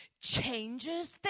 changes